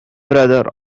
brother